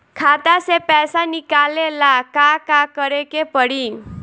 खाता से पैसा निकाले ला का का करे के पड़ी?